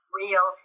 real